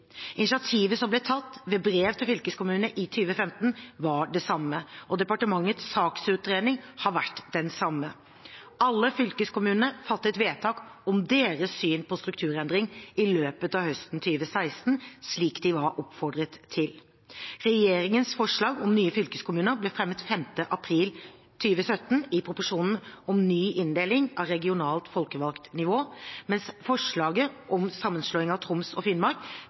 Initiativet som ble tatt ved brev til fylkeskommunene i 2015, var det samme, og departementets saksutredning har vært den samme. Alle fylkeskommunene fattet vedtak om sitt syn på strukturendring i løpet av høsten 2016, slik de var oppfordret til. Regjeringens forslag om nye fylkeskommuner ble fremmet 5. april 2017, i proposisjonen om ny inndeling av regionalt folkevalgt nivå, mens forslaget om sammenslåing av Troms og Finnmark